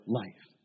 life